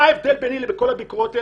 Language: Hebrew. מה ההבדל ביני לבין כל שאר הביקורות?